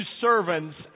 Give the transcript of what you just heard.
servants